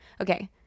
Okay